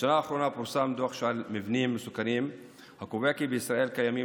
בשנה האחרונה פורסם דוח על מבנים מסוכנים הקובע כי בישראל קיימים